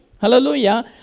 Hallelujah